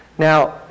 Now